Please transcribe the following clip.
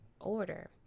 order